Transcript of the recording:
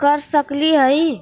कर सकली हई?